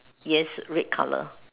yes red colour